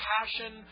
Passion